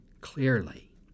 clearly